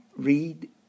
read